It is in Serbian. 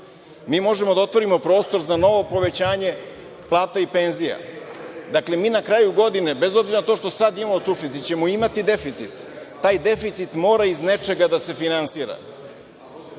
Možemo da otvorimo prostor za novo povećanje plata i penzija. Na kraju godine bez obzira na to što sada imamo suficit ćemo imati deficit. Taj deficit mora iz nečega da se finansira.